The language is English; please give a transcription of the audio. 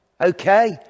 Okay